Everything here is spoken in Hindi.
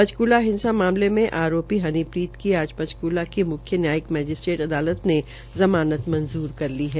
पंचकूला हिंसा मामले में आरप्री हनीप्रीत की आज पंचकूला की मुख्य मैजिस्ट्रेट अदालत ने ज़मानत मंजूर कर ली है